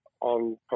on